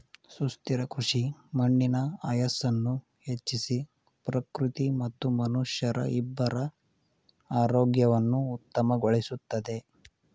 ಸುಸ್ಥಿರ ಕೃಷಿ ಮಣ್ಣಿನ ಆಯಸ್ಸನ್ನು ಹೆಚ್ಚಿಸಿ ಪ್ರಕೃತಿ ಮತ್ತು ಮನುಷ್ಯರ ಇಬ್ಬರ ಆರೋಗ್ಯವನ್ನು ಉತ್ತಮಗೊಳಿಸುತ್ತದೆ